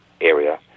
area